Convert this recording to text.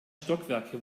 stockwerke